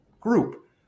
group